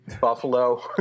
Buffalo